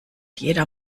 jeder